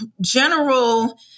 general